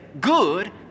good